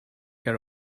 her